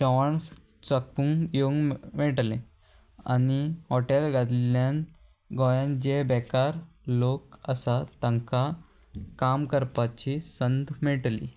जेवण चाखूंक येवंक मेळ मेळटले आनी हॉटेल घातिल्यान गोंयान जे बेकार लोक आसा तांकां काम करपाची संद मेळटली